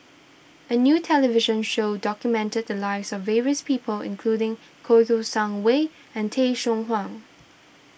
a new television show documented the lives of various people including Kouo Shang Wei and Tay Seow Huah